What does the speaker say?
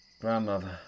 Grandmother